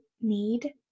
need